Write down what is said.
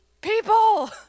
people